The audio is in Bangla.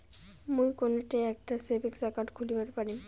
মুই কোনঠে একটা সেভিংস অ্যাকাউন্ট খুলিবার পারিম?